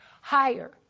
higher